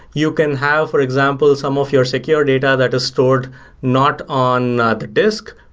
you can have for example some of your secure data that is stored not on the disk,